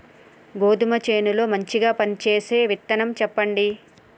గోధుమ చేను లో మంచిగా పనిచేసే విత్తనం చెప్పండి?